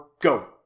Go